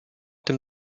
dem